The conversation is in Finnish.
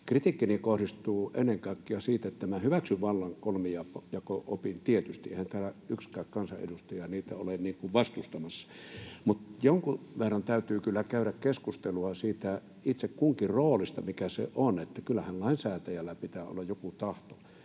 kritiikkini kohdistuu ennen kaikkea siihen, että minä hyväksyn vallan kolmijako-opin, tietysti, eihän täällä yksikään kansanedustaja sitä ole vastustamassa. Mutta jonkun verran täytyy kyllä käydä keskustelua siitä itse kunkin roolista, mikä se on, että kyllähän lainsäätäjällä pitää olla joku tahto.